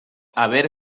haber